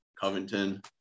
covington